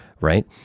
right